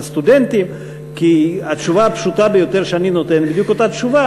על הסטודנטים כי התשובה הפשוטה ביותר שאני נותן היא בדיוק אותה תשובה,